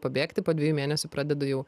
pabėgti po dviejų mėnesių pradedu jau